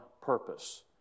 purpose